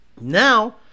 Now